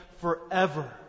forever